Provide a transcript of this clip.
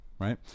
Right